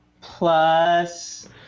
plus